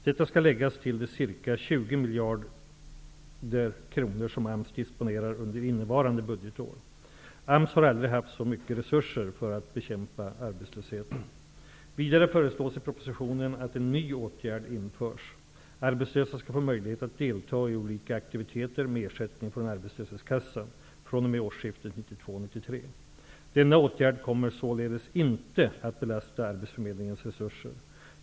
Detta skall läggas till de ca 20 miljarder kronor som AMS disponerar under innevarande budgetår. AMS har aldrig haft så stora resurser för att bekämpa arbetslösheten. Vidare föreslås i propositionen att en ny åtgärd införs. Arbetslösa skall få möjlighet att delta i olika aktiviteter med ersättning från arbetslöshetskassan fr.o.m. årsskiftet 1992/93. Denna åtgärd kommer således inte att belasta arbetsförmedlingens resurser.